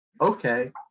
Okay